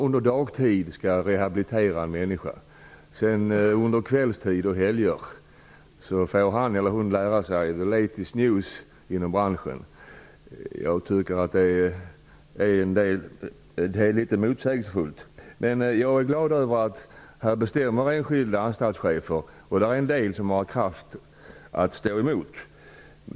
Under dagtid rehabiliteras en människa och under kvällstid och helger får han eller hon lära sig ''the latest news'' inom branschen. Det är litet motsägelsefullt. Jag är dock glad över att enskilda anstaltschefer bestämmer. Det finns en del som har kraft att stå emot.